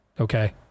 okay